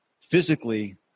physically